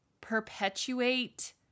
perpetuate